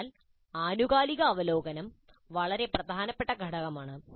അതിനാൽ ആനുകാലിക അവലോകനം വളരെ പ്രധാനപ്പെട്ട ഘടകമാണ്